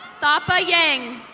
thoffa yang.